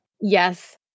Yes